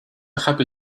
happy